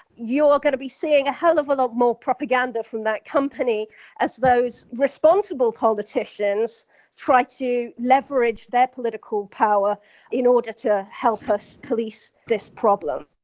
you are going to be seeing a hell of a lot more propaganda from that company as those responsible politicians try to leverage their political power in order to help us police this problem.